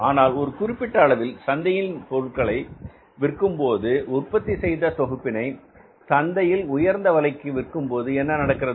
ஆனால் ஒரு குறிப்பிட்ட அளவில் சந்தையில் பொருட்களை விற்கும் போது உற்பத்தி செய்த தொகுப்பினை சந்தையில் உயர்ந்த விலைக்கு விற்கும்போது என்ன நடக்கிறது